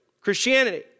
Christianity